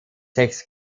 sechs